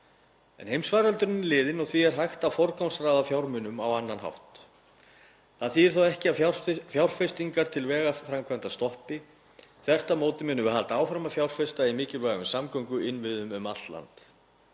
En heimsfaraldurinn en liðinn og því er hægt að forgangsraða fjármunum á annan hátt. Það þýðir þó ekki að fjárfestingar til vegaframkvæmda stoppi. Þvert á móti munum við halda áfram að fjárfesta í mikilvægum samgönguinnviðum um allt land.